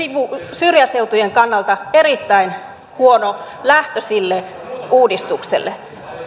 syrjäseutujen kannalta erittäin huono lähtö sille uudistukselle